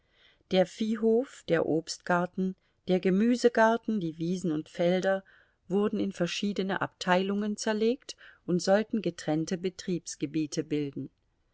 der viehhof der obstgarten der gemüsegarten die wiesen und felder wurden in verschiedene abteilungen zerlegt und sollten getrennte betriebsgebiete bilden